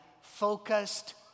focused